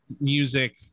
music